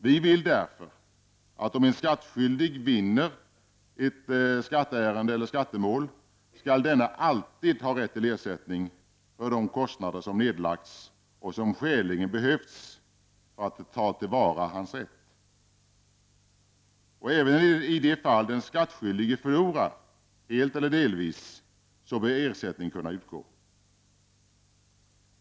Vi vill därför att om en skattskyldig vinner ett skatteärende eller skattemål, skall denne alltid ha rätt till ersättning för de kostnader som nedlagts och som skäligen behövts för att ta till vara hans rätt. Även i de fall då den skattskyldige förlorar, helt eller delvis, bör ersättning kunna utgå.